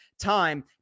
time